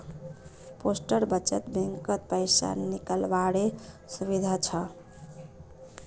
postal बचत बैंकत पैसा निकालावारो सुविधा हछ